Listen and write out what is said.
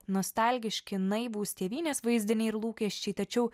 nostalgiški naivūs tėvynės vaizdiniai ir lūkesčiai tačiau